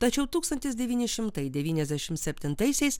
tačiau tūkstantis devyni šimtai devyniasdešimt septintaisiais